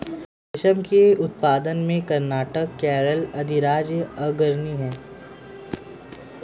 रेशम के उत्पादन में कर्नाटक केरल अधिराज्य अग्रणी है